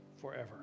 forever